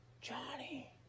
johnny